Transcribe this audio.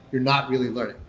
you're not really learning.